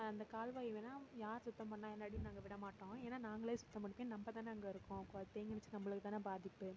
அந்த கால்வாய் எல்லாம் யார் சுத்தம் பண்ணால் என்னனு நாங்கள் விடமாட்டோம் ஏன்னா நாங்களே சுத்தம் பண்ணிப்போம் நம்ம தான் அங்கே இருக்கோம் அங்கே தேங்குச்சினா நம்மளுக்கு தான் பாதிப்பு